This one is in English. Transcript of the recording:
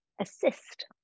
assist